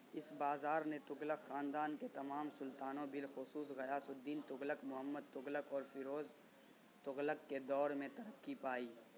اس بازار نے تغلق خاندان کے تمام سلطانوں بالخصوص غیاث الدین تغلق محمد تغلق اور فیروز تغلق کے دور میں ترقی پائی